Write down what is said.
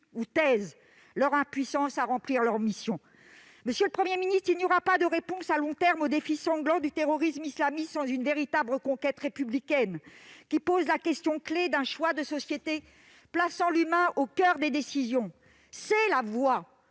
ou taisent leur impuissance à remplir leur mission. Il n'y aura pas de réponse à long terme au défi sanglant du terrorisme islamiste sans une véritable reconquête républicaine, qui pose la question clé d'un choix de société plaçant l'humain au coeur des décisions. C'est la voie